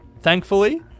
Thankfully